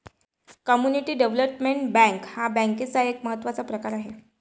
community development bank हा बँकेचा एक महत्त्वाचा प्रकार आहे